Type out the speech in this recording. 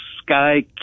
Sky